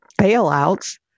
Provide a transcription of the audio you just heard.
bailouts